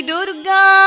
Durga